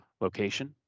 location